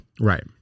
Right